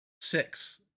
six